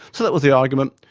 so that was the argument,